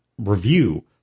review